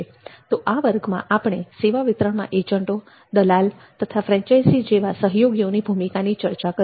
તો આ વર્ગમાં આપણે સેવા વિતરણ માં એજન્ટો દલાલ તથા ફ્રેન્ચાઇઝી જેવા સહયોગીઓની ભૂમિકાની ચર્ચા કરી